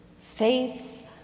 Faith